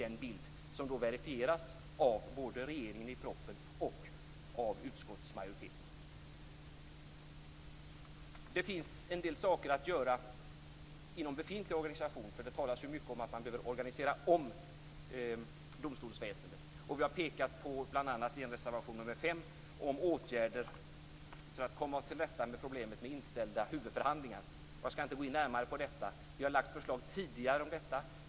Den bilden verifieras av både regeringen i propositionen och utskottsmajoriteten. Det finns en del saker att göra inom den befintliga organisationen. Det talas ju mycket om att man behöver organisera om domstolsväsendet. Vi har bl.a. i reservation 5 pekat på åtgärder för att komma till rätta med problemet med inställda huvudförhandlingar. Jag skall inte gå in närmare på det. Vi har tidigare lagt fram förslag om detta.